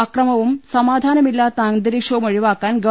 അക്രമവും സമാധാനമില്ലാത്ത അന്തരീ ഷവും ഒഴിവാക്കാൻ ഗവ